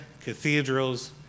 cathedrals